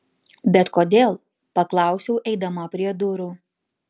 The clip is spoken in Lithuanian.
bet kodėl paklausiau eidama prie durų